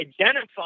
identify